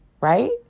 Right